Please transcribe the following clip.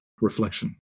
reflection